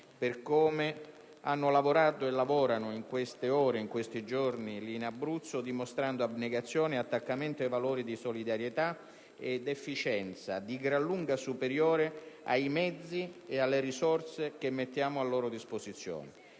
per come hanno lavorato e lavorano in queste ore e questi giorni in Abruzzo, dimostrando un'abnegazione e un attaccamento a valori di solidarietà ed efficienza di gran lunga superiori ai mezzi e alle risorse che si mettono a loro disposizione.